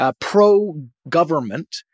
pro-government